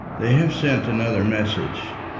they have sent another message.